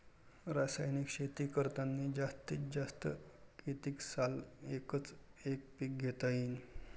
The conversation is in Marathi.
रासायनिक शेती करतांनी जास्तीत जास्त कितीक साल एकच एक पीक घेता येईन?